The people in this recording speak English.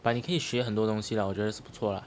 but 你可以学很多东西啦我觉得是不错啦